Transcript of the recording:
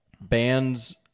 bands